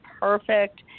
Perfect